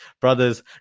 brothers